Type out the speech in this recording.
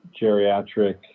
geriatric